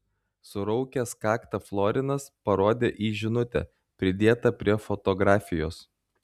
suraukęs kaktą florinas parodė į žinutę pridėtą prie fotografijos